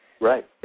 Right